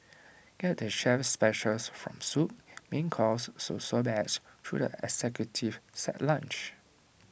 get the chef's specials from soup main course to sorbets through the executive set lunch